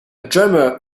drummer